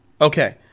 Okay